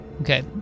Okay